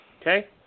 Okay